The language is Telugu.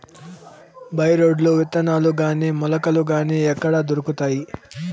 బై రోడ్లు విత్తనాలు గాని మొలకలు గాని ఎక్కడ దొరుకుతాయి?